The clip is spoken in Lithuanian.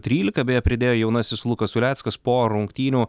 trylika beje pridėjo jaunasis lukas uleckas po rungtynių